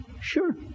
Sure